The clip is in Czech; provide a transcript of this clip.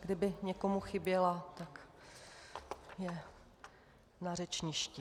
Kdyby někomu chyběla, je na řečništi.